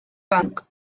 punk